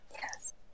Yes